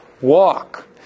walk